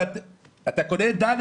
אנחנו כבר ב-(ד)